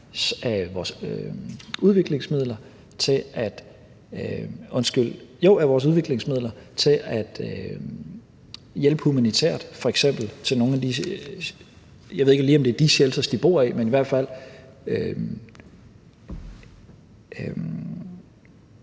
af vores udviklingsmidler til at hjælpe humanitært, f.eks. til shelters. Jeg ved ikke lige, om det er de shelters, de bor i, men i hvert fald